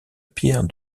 bière